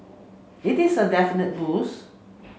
it is a definitely boost